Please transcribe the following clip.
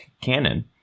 canon